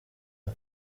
abo